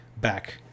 back